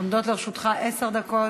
עומדות לרשותך עשר דקות.